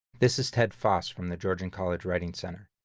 this is ted foss from the georgian college writing center.